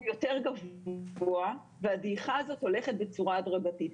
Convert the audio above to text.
הוא יותר גבוה והדעיכה הזאת הולכת בצורה הדרגתית.